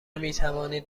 میتوانید